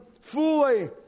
fully